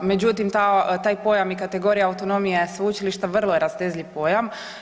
Međutim, taj pojam i kategorija autonomija sveučilišta vrlo je rastezljiv pojam.